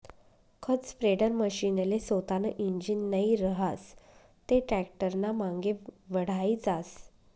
खत स्प्रेडरमशीनले सोतानं इंजीन नै रहास ते टॅक्टरनामांगे वढाई जास